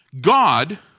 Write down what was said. God